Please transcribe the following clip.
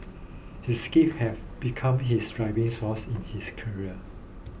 his grief have become his driving force in his career